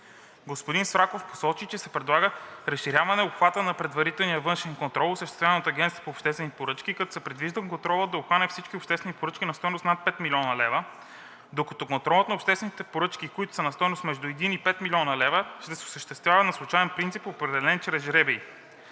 Господин Свраков посочи, че се предлага разширяване обхвата на предварителния външен контрол, осъществяван от Агенцията по обществени поръчки, като се предвижда контролът да обхване всички обществени поръчки на стойност над 5 млн. лв., докато контролът на обществените поръчки, които са на стойност между 1 млн. лв. и 5 млн. лв., ще се осъществява на случаен принцип, определени чрез жребий.